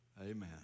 amen